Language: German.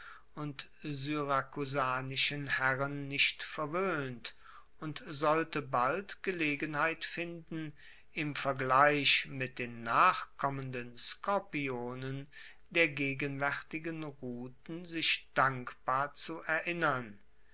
und syrakusanischen herren nicht verwoehnt und sollte bald gelegenheit finden im vergleich mit den nachkommenden skorpionen der gegenwaertigen ruten sich dankbar zu erinnern